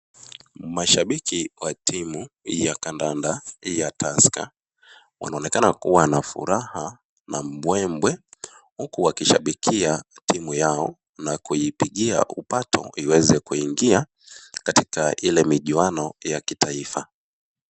Mashambiki wa timu ya kadada ya Tusker wanaonekana kuwa na furaha na mbwembwe uku wakishambikia timu yao na kuipingia upato iweze kuingia katika ile michuano ya kitaifa.